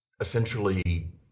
essentially